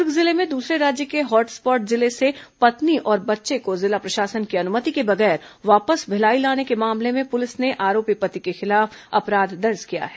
दुर्ग जिले में दूसरे राज्य के हॉट स्पॉट जिले से पत्नी और बच्चे को जिला प्रशासन की अनुमति के बगैर वापस भिलाई लाने के मामले में पुलिस ने आरोपी पति के खिलाफ अपराध दर्ज किया गया है